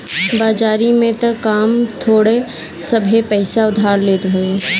बाजारी में तअ कम थोड़ सभे पईसा उधार लेत हवे